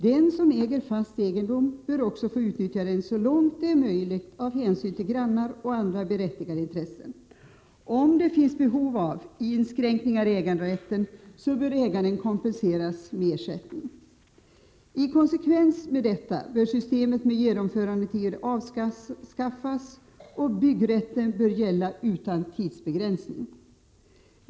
Den som äger fast egendom bör också få utnyttja den så långt det är möjligt av hänsyn till grannar och andra med berättigade intressen. Om det finns behov av inskränkningar i äganderätten så bör ägaren kompenseras genom ersättning. I konsekvens med detta bör systemet med genomförandetider avskaffas och byggrätten gälla utan tidsbegränsning.